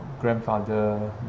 Grandfather